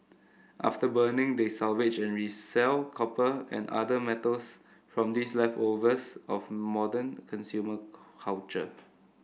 after burning they salvage and resell copper and other metals from these leftovers of modern consumer culture